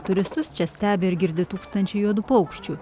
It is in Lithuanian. turistus čia stebi ir girdi tūkstančiai juodų paukščių